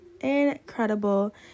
incredible